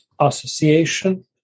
Association